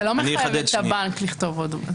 זה לא מחייב את הבנק לכתוב עוד מוטב.